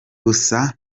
gusa